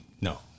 no